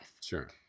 sure